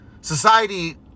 Society